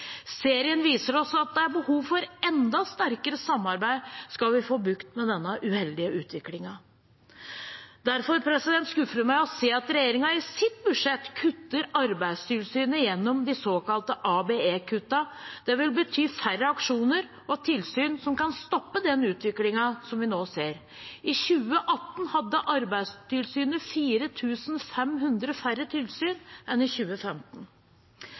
Serien viser oss at det er behov for enda sterkere samarbeid, skal vi få bukt med denne uheldige utviklingen. Derfor skuffer det meg å se at regjeringen i sitt budsjett kutter Arbeidstilsynet, gjennom de såkalte ABE-kuttene. Det vil bety færre aksjoner og tilsyn som kan stoppe den utviklingen som vi nå ser. I 2018 hadde Arbeidstilsynet 4 500 færre tilsyn enn i 2015.